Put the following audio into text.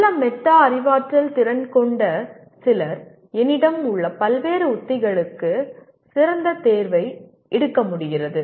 நல்ல மெட்டா அறிவாற்றல் திறன் கொண்ட சிலர் என்னிடம் உள்ள பல்வேறு உத்திகளுக்கு இடையில் சிறந்த தேர்வை எடுக்க முடிகிறது